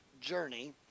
journey